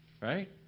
right